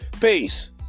Peace